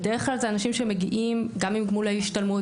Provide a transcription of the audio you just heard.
בדרך כלל זה אנשים שמגיעים גם עם גמולי השתלמות,